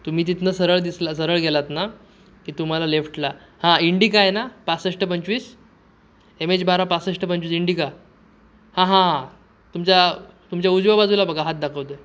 तुम्ही तिथनं सरळ दिसला सरळ गेलात ना की तुम्हाला लेफ्टला हां इंडिका आहे ना पासष्ट पंचवीस एम एच बारा पासष्ट पंचवीस इंडिका हां हां हां तुमच्या तुमच्या उजव्या बाजूला बघा हात दाखवतो आहे